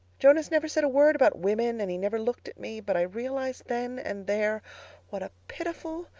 jonas never said a word about women and he never looked at me. but i realized then and there what a pitiful,